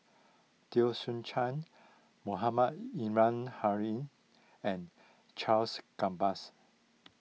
Teo Soon Chuan Mohamed Ismail and Charles Gambas